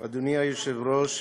היושב-ראש,